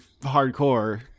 hardcore